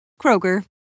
Kroger